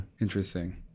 Interesting